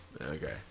Okay